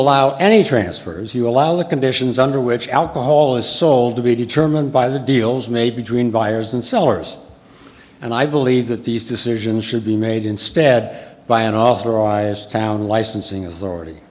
allow any transfers you allow the conditions under which alcohol is sold to be determined by the deals made between buyers and sellers and i believe that these decisions should be made instead by an authorised town licensing authority